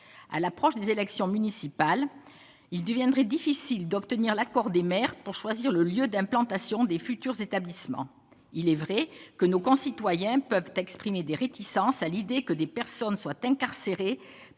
à l'approche des élections municipales, il deviendrait difficile d'obtenir l'accord des maires pour choisir le lieu d'implantation des futurs établissements il est vrai que nos concitoyens peuvent exprimer des réticences à l'idée que des personnes soient incarcérés